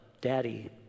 Daddy